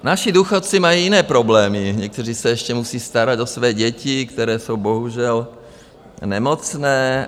Naši důchodci mají jiné problémy, někteří se ještě musí starat o své děti, které jsou bohužel nemocné.